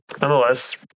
nonetheless